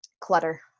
Clutter